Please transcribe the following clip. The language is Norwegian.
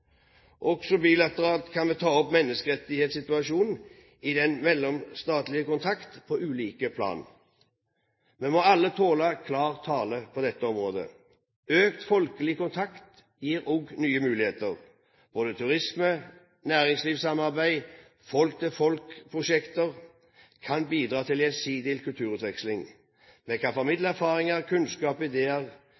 Også bilateralt kan vi ta opp menneskerettighetssituasjonen i den mellomstatlige kontakt på ulike plan. Vi må alle tåle klar tale på dette området. Økt folkelig kontakt gir også nye muligheter. Både turisme, næringslivssamarbeid og folk-til-folk-prosjekter kan bidra til gjensidig kulturutveksling.